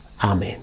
Amen